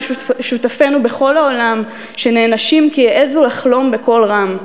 שותפינו בכל העולם שנענשים כי העזו לחלום בקול רם,